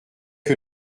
que